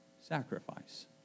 sacrifice